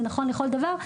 זה נכון לכל דבר.